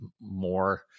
more